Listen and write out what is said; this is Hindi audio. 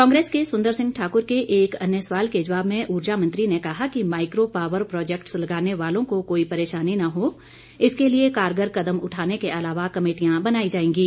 कांग्रेस के सुंदर सिंह ठाकुर के एक अन्य सवाल के जवाब में ऊर्जा मंत्री ने कहा कि माइक्रो पावर प्रोजेक्ट्स लगाने वालों को कोई परेशानी न हो इसके लिए कारगर कदम उठाने के अलावा कमेटियां बनाई जाएंगी